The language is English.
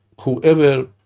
whoever